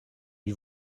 lui